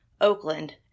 Oakland